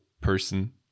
person